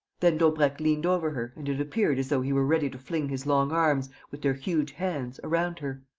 then daubrecq leant over her and it appeared as though he were ready to fling his long arms, with their huge hands, around her.